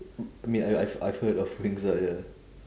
I mean I I've I've heard of wings ah ya